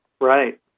Right